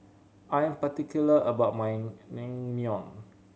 I'm particular about my Naengmyeon